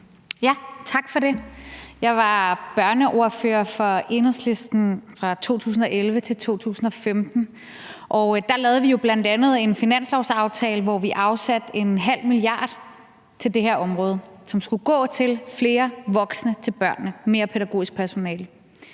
Tak for det. Jeg var børneordfører for Enhedslisten fra 2011 til 2015, og der lavede vi jo bl.a. en finanslovsaftale, hvor vi afsatte 0,5 mia. kr. til det her område, som skulle gå til flere voksne til børnene, mere pædagogisk personale.